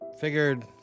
Figured